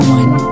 one